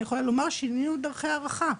אני יכולה לומר ששינינו את דרכי הערכה.